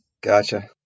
gotcha